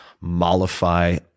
mollify